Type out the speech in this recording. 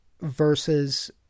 versus